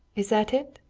is that it?